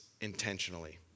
intentionally